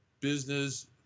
business